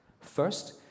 First